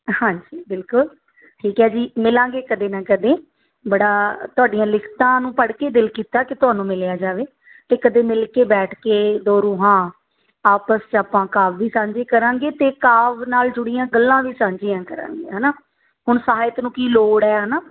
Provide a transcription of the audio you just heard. ਹਾਂਜੀ ਬਿਲਕੁਲ ਠੀਕ ਹੈ ਜੀ ਮਿਲਾਂਗੇ ਕਦੇ ਨਾ ਕਦੇ ਬੜਾ ਤੁਹਾਡੀਆਂ ਲਿਖਤਾਂ ਨੂੰ ਪੜ੍ਹ ਕੇ ਦਿਲ ਕੀਤਾ ਕਿ ਤੁਹਾਨੂੰ ਮਿਲਿਆ ਜਾਵੇ ਅਤੇ ਕਦੇ ਮਿਲ ਕੇ ਬੈਠ ਕੇ ਦੋ ਰੂਹਾਂ ਆਪਸ 'ਚ ਆਪਾਂ ਕਾਵਿ ਵੀ ਸਾਂਝੇ ਕਰਾਂਗੇ ਅਤੇ ਕਾਵਿ ਨਾਲ ਜੁੜੀਆਂ ਗੱਲਾਂ ਵੀ ਸਾਂਝੀਆਂ ਕਰਾਂਗੇ ਹੈ ਨਾ ਹੁਣ ਸਾਹਿਤ ਨੂੰ ਕੀ ਲੋੜ ਹੈ ਹੈ ਨਾ